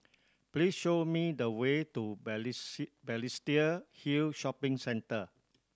please show me the way to Balestier Hill Shopping Centre